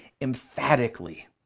emphatically